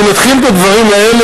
אני מתחיל בדברים האלה,